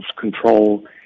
control